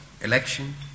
election